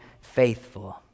faithful